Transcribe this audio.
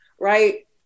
right